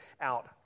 out